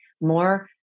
more